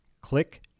Click